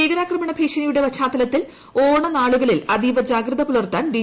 ഭീകരാക്രമണ ഭീഷണിയുടെ പശ്ചാത്തലത്തിൽ ഓണ നാളുകളിൽ അതീവ ജാഗ്രത പൂലർത്താൻ ഡി